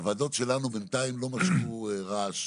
הוועדות שלנו בינתיים לא משמיעות רעש.